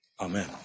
Amen